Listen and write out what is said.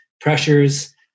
pressures